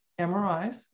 MRIs